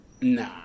Nah